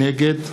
נגד